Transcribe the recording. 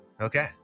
Okay